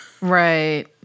Right